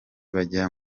bajya